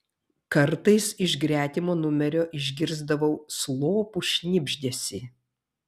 kartais iš gretimo numerio išgirsdavau slopų šnibždesį